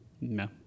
No